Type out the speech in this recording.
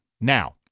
Now